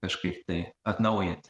kažkaip tai atnaujinti